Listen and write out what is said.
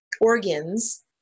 organs